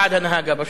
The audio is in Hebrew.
בעד הנהג הפשוט.